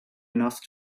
enough